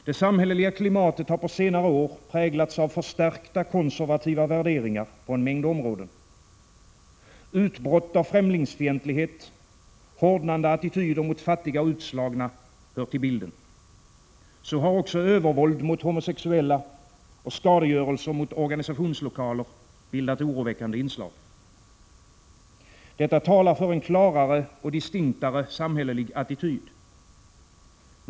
Det samhälleliga klimatet har på senare år präglats av förstärkta konservativa värderingar på en mängd områden. Utbrott av främlingsfientlighet och hårdnande attityder mot fattiga och utslagna hör till bilden. Så har också övervåld mot homosexuella och skadegörelse mot organisationslokaler bildat oroväckande inslag. Detta talar för en klarare och distinktare samhällelig attityd.